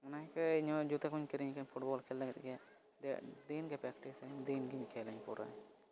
ᱚᱱᱟ ᱪᱤᱠᱟᱹ ᱤᱧᱦᱚᱸ ᱡᱩᱛᱟᱹ ᱠᱩᱧ ᱠᱤᱨᱤᱧ ᱟᱠᱟᱱᱟ ᱯᱷᱩᱴᱵᱚᱞ ᱠᱷᱮᱹᱞ ᱞᱟᱹᱜᱤᱫ ᱜᱮ ᱟᱫᱚ ᱫᱤᱱ ᱜᱮᱧ ᱯᱨᱮᱠᱴᱤᱥᱟᱹᱧ ᱫᱤᱱ ᱜᱤᱧ ᱠᱷᱮᱞᱟᱹᱧ ᱯᱩᱨᱟᱹ